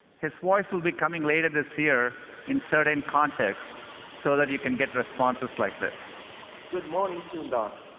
his voice will be coming later this year in certain contexts so that you can get responses like this good morning, sundar.